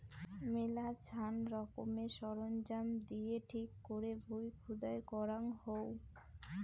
মেলাছান রকমের সরঞ্জাম দিয়ে ঠিক করে ভুঁই খুদাই করাঙ হউ